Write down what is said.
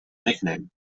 nickname